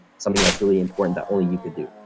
something that's really important that only you could do.